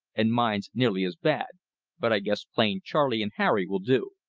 and mine's nearly as bad but i guess plain charley and harry will do.